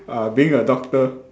uh being a doctor